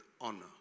honor